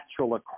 natural